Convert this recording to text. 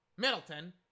Middleton